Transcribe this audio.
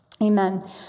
amen